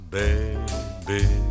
baby